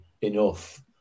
enough